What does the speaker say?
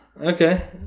Okay